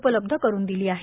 उपलब्ध करून दिली आहे